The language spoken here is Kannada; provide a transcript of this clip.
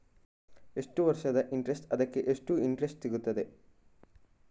ಎಷ್ಟು ವರ್ಷದ ಇನ್ಸೂರೆನ್ಸ್ ಅದಕ್ಕೆ ಎಷ್ಟು ಇಂಟ್ರೆಸ್ಟ್ ಸಿಗುತ್ತದೆ?